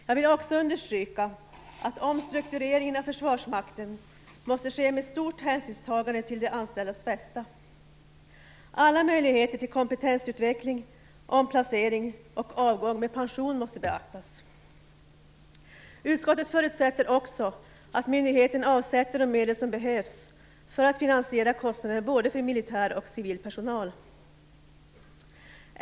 Jag vill också understryka att omstruktureringen av Försvarsmakten måste ske med stort hänsynstagande till de anställdas bästa. Alla möjligheter till kompetensutveckling, omplacering och avgång med pension måste beaktas. Utskottet förutsätter också att myndigheten avsätter de medel som behövs för att finansiera kostnaderna för både militär och civil personal.